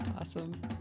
Awesome